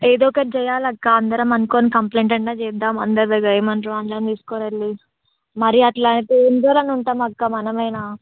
ఏదో ఒకటి చెయ్యాలక్కా అందరం అనుకుని కంప్లైంట్ అయినా చేద్దాం అందరి దగ్గర ఏమంటారో ఆన్లైన్ తీసుకుని వెళ్ళి మరీ అలా అయితే ఏం దూరం ఉంటాం అక్క మనమైనా